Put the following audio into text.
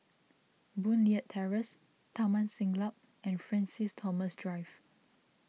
Boon Leat Terrace Taman Siglap and Francis Thomas Drive